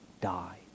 die